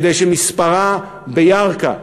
כדי שמספרה בירכא,